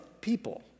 people